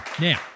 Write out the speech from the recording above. Now